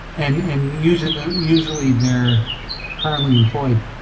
and and usually usually they're currently employed,